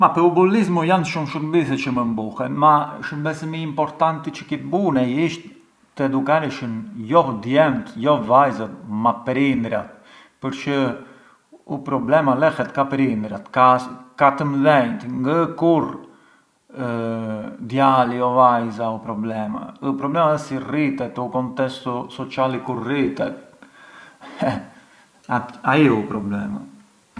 Ma pë u bullismu jan shumë shurbise çë mënd buhen, ma shurbesi më importanti çë ki‘ të bunej ish të edukareshën jo djempt, jo vajzat ma prindërat, përçë u problema lehet ka prindërat, ka të mdhenjët, ngë ë kurrë diali o vajza u problema, u problema ë si rriten, te u contestu sociali ku rriten, ai ë u problema.